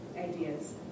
ideas